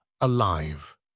alive